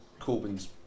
Corbyn's